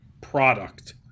product